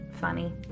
funny